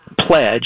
pledge